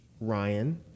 ryan